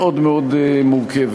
מאוד מאוד מורכבת.